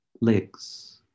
legs